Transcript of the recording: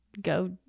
go